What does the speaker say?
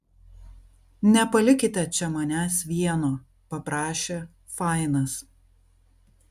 nepalikite čia manęs vieno paprašė fainas